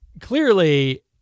clearly